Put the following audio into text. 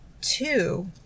two